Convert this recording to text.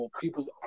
people's